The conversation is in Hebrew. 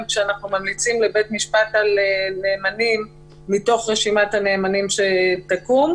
כשאנחנו ממליצים לבית המשפט על נאמנים מתוך רשימת הנאמנים שתקום,